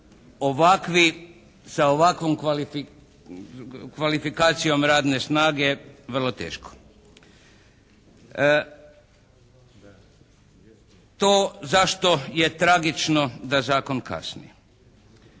Ovakvi, sa ovakvom kvalifikacijom radne snage vrlo teško. To zašto je tragično da Zakon kasni.